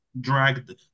Dragged